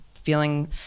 feeling